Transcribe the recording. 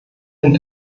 denn